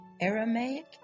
Aramaic